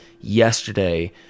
yesterday